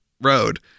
road